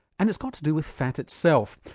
and it's got to do with fat itself.